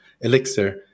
Elixir